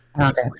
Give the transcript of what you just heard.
Okay